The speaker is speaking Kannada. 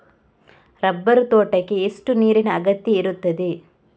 ರಬ್ಬರ್ ತೋಟಕ್ಕೆ ಎಷ್ಟು ನೀರಿನ ಅಗತ್ಯ ಇರುತ್ತದೆ?